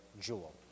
jewel